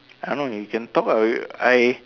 I don't know you can talk ah I